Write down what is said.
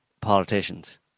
politicians